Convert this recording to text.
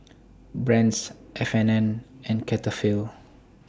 Brand's F and N and Cetaphil